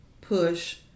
push